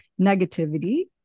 negativity